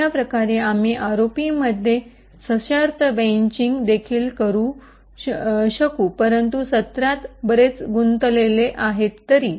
अशाच प्रकारे आम्ही आरओपीमध्ये सशर्त ब्रैन्चींग देखील लागू करू शकू परंतु तंत्रात बरेच गुंतलेले आहेत तरी